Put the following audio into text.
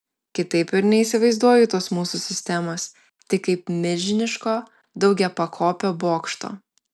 kitaip ir neįsivaizduoju tos mūsų sistemos tik kaip milžiniško daugiapakopio bokšto